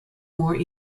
more